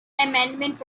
amendment